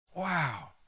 wow